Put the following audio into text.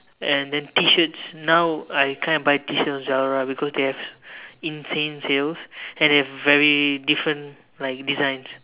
and then T-shirts now I kind of buy T-shirts from Zalora because they have insane sales and have very different like designs